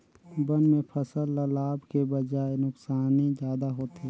बन में फसल ल लाभ के बजाए नुकसानी जादा होथे